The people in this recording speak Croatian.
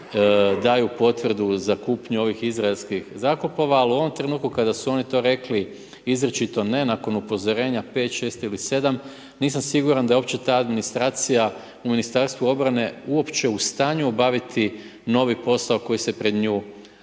daju potvrdu za kupnju ovih izraelskih zrakoplova. Ali u ovom trenutku kada su oni to rekli izričito ne, nakon upozorenja 5, 6 ili 7 nisam siguran da uopće ta administracija u Ministarstvu obrane uopće u stanju obaviti novi posao koji se pred nju